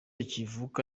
kivuka